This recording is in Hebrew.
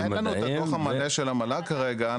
הדוח המלא של המל"ג כרגע.